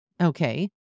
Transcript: Okay